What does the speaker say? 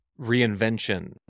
reinvention